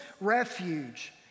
refuge